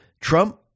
Trump